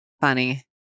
Funny